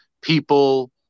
people